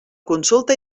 consulta